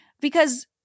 because-